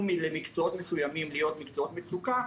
למקצועות מסוימים להיות מקצועות מצוקה,